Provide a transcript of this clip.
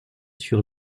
sur